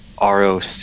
ROC